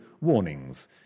warnings